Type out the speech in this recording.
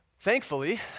Thankfully